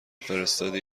فرستادی